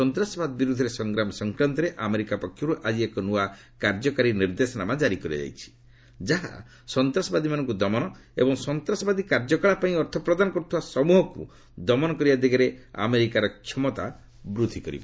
ସନ୍ତାସବାଦ ବିରୋଧରେ ସଂଗ୍ରାମ ସଂକ୍ରାନ୍ତରେ ଆମେରିକା ପକ୍ଷରୁ ଆଜି ଏକ ନ୍ତଆ କାର୍ଯ୍ୟକାରୀ ନିର୍ଦ୍ଦେଶନାମା କାରି କରାଯାଇଛି ଯାହା ସନ୍ତାସବାଦୀମାନଙ୍କୁ ଦମନ ଏବଂ ସନ୍ତାସବାଦୀ କାର୍ଯ୍ୟକଳାପ ପାଇଁ ଅର୍ଥ ପ୍ରଦାନ କରୁଥିବା ସମ୍ଭହକୁ ଦମନ କରିବା ଦିଗରେ ଆମେରିକାର କ୍ଷମତା ବୃଦ୍ଧି କରିବ